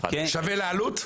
שווה לעלות?